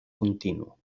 continu